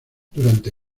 durante